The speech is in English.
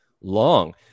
long